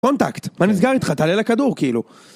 קונטקט! מה נסגר איתך תעלה לכדור כאילו